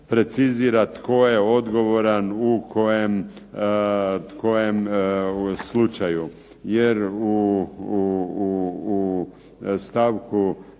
precizira tko je odgovoran u kojem slučaju. Jer u stavku